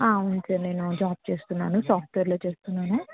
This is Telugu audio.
ఆ అవును సర్ నేను జాబ్ చేస్తున్నాను సాఫ్ట్వేర్లో చేస్తున్నాను